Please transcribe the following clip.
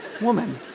Woman